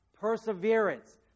perseverance